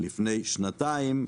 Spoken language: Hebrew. לפני שנתיים,